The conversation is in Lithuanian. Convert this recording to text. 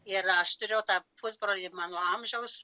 ir aš turėjau tą pusbrolį mano amžiaus